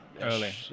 early